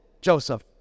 Joseph